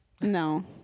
No